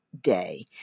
day